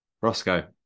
Roscoe